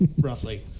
roughly